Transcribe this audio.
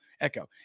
Echo